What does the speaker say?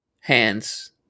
hands